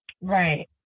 Right